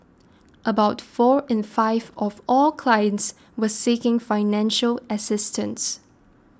about four in five of all clients were seeking financial assistance